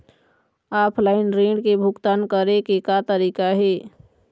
Offline ऋण के भुगतान करे के का तरीका हे?